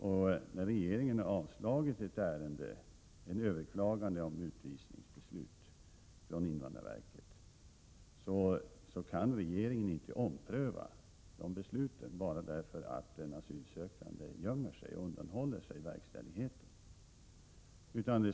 När regeringen har avslagit ett överklagande av ett utvisningsbeslut, fattat av invandrarverket, kan regeringen icke ompröva de besluten bara därför att den asylsökande gömmer sig och undanhåller sig verkställighet.